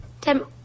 Tim